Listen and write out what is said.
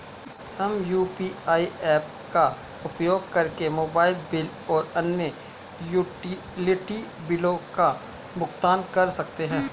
हम UPI apps का उपयोग करके मोबाइल बिल और अन्य यूटिलिटी बिलों का भुगतान कर सकते हैं